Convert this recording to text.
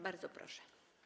Bardzo proszę.